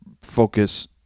focus